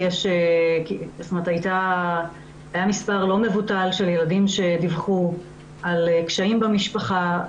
היה מספר לא מבוטל של ילדים שדיווחו על קשיים מכל הסוגים במשפחה,